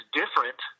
different